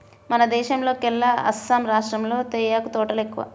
మన దేశంలోకెల్లా అస్సాం రాష్టంలో తేయాకు తోటలు ఎక్కువ